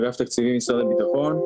אגף תקציבים במשרד הביטחון.